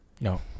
No